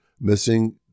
missing